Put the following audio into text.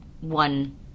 one